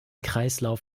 kreislauf